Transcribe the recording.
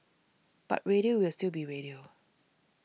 but radio will still be radio